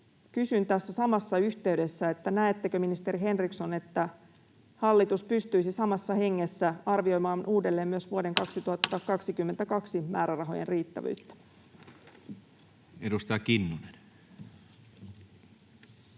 kysyn tässä samassa yhteydessä: näettekö, ministeri Henriksson, että hallitus pystyisi samassa hengessä arvioimaan uudelleen myös vuoden 2022 määrärahojen riittävyyttä? [Speech